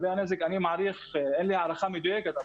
אין לי הערכה מדויקת,